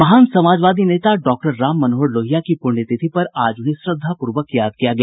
महान समाजवादी नेता डॉक्टर राम मनोहर लोहिया की पुण्यतिथि पर आज उन्हें श्रद्वापूर्वक याद किया गया